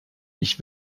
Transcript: ich